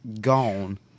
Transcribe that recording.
gone